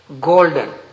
golden